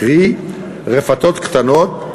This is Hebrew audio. קרי רפתות קטנות,